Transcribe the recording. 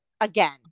again